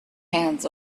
hands